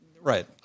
Right